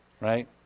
Right